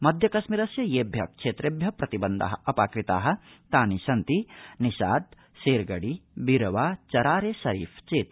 मध्य कश्मीरस्य येभ्य क्षत्रेभ्य प्रतिबन्धा अपाकृता तानि सिन्त निशात शेरगढी बीरवा चरारे शरीफ चेति